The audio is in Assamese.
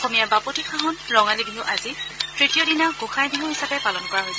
অসমীয়াৰ বাপতি সাহোন ৰঙালী বিহুৰ আজি তৃতীয় দিনা গোসাঁই বিহু হিচাপে পালন কৰা হৈছে